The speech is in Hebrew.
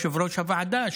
יושב-ראש הוועדה,